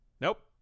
Nope